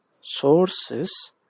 sources